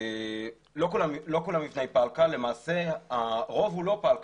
לא כל המבנים הם מבני פלקל, למעשה הרוב לא פלקל.